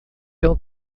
ele